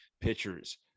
pitchers